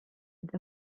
with